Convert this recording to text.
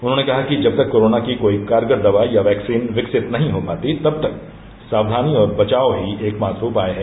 उन्होंने कहा कि जब तक कोरोना की कोई कारगर दवा या वैक्सीन विकसित नही हो जाती तक तक सावधानी और बचाव ही एक मात्र उपाय है